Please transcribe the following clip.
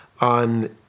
on